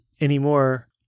anymore